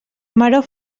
maror